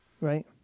Right